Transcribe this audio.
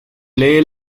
lee